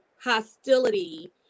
hostility